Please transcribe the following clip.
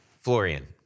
florian